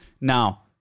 Now